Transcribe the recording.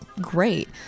great